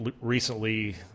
recently